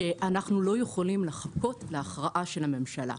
שאנחנו לא יכולים לחכות להכרעה של הממשלה.